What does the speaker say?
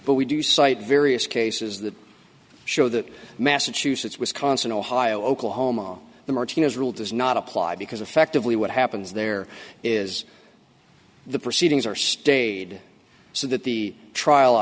but we do cite various cases that show that massachusetts wisconsin ohio oklahoma the martinez rule does not apply because effectively what happens there is the proceedings are stayed so that the trial